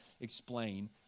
explain